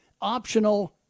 optional